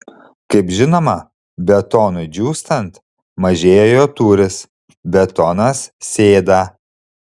kaip žinoma betonui džiūstant mažėja jo tūris betonas sėda